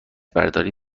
برداری